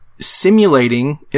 simulating